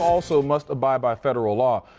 also must abide by federal law.